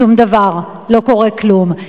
שום דבר, לא קורה כלום.